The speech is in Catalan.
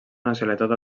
nacionalitat